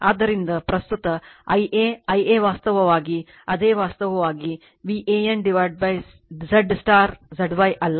ಆದ್ದರಿಂದ ಪ್ರಸ್ತುತ Ia Ia ವಾಸ್ತವವಾಗಿ ಅದೇ ವಾಸ್ತವವಾಗಿ VAN Z star Z Y ಅಲ್ಲ